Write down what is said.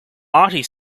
artie